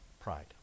pride